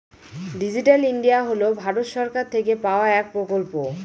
digital India হল ভারত সরকার থেকে পাওয়া এক প্রকল্প